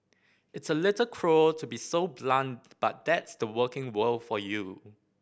it's a little cruel to be so blunt but that's the working world for you